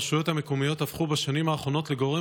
הרשויות המקומיות הפכו בשנים האחרונות לגורם